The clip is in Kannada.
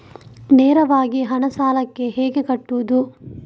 ನೇರವಾಗಿ ಹಣ ಸಾಲಕ್ಕೆ ಹೇಗೆ ಕಟ್ಟುವುದು?